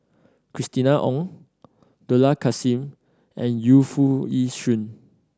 Christina Ong Dollah Kassim and Yu Foo Yee Shoon